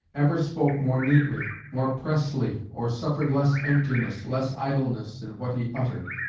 ever spoke more neatly, more pressly, or suffered less emptiness, less idleness, in what he uttered.